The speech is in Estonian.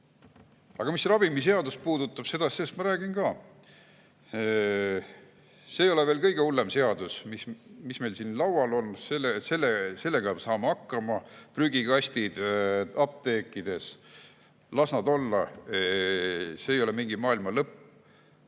mis ravimiseadust puudutab, siis sellest ma räägin ka. See ei ole veel kõige hullem seadus, mis meil laual on, sellega saame hakkama. Prügikastid apteekides – las nad olla, see ei ole mingi maailmalõpp.